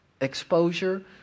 exposure